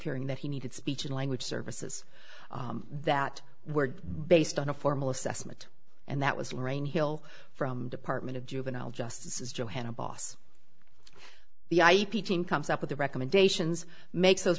hearing that he needed speech and language services that were based on a formal assessment and that was lorraine hill from department of juvenile justice is johannah boss the ip team comes up with the recommendations makes